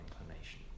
inclination